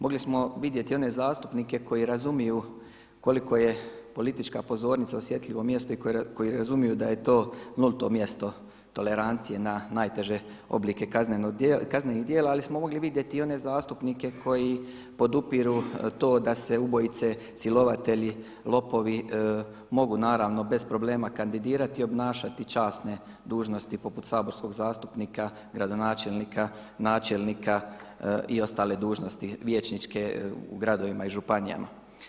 Mogli smo vidjeti one zastupnike koji razumiju koliko je politička pozornica osjetljivo mjesto i koji razumiju da je to nulto mjesto tolerancije na najteže oblike kaznenih djela ali smo mogli vidjeti i one zastupnike koji podupiru to da se ubojice, silovatelji, lopovi mogu naravno bez problema kandidirati i obnašati časne dužnosti poput saborskog zastupnika, gradonačelnika, načelnika i ostale dužnosti vijećničke u gradovima i županijama.